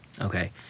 Okay